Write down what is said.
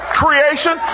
creation